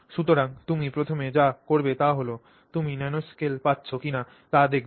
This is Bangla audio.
সুতরাং তুমি প্রথমে যা করবে তা হল তুমি ন্যানোস্কেল পাচ্ছ কিনা তা দেখবে